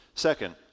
Second